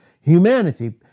Humanity